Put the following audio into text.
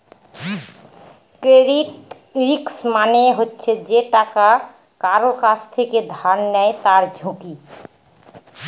credit risk মানে হচ্ছে যে টাকা কারুর কাছ থেকে ধার নেয় তার ঝুঁকি